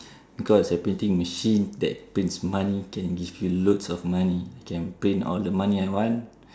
because a printing machine that prints money can give you loads of money can print all the money I want